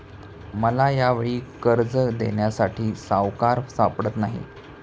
मला यावेळी कर्ज देण्यासाठी सावकार सापडत नाही